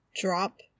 drop